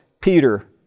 Peter